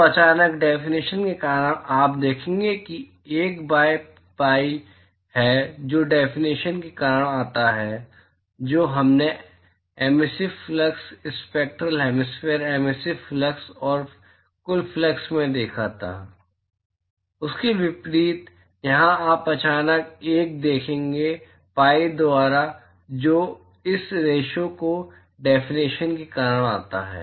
तो अचानक डेफिनेशन के कारण आप देखेंगे कि 1 बाय पीआई है जो डेफिनेशन के कारण आता है जो हमने emissive flux spectral hemispherical emissive flux और कुल फ्लक्स में देखा था उसके विपरीत यहां आप अचानक 1 देखेंगे पाई द्वारा जो इस रेशिओ की डेफिनेशन के कारण आता है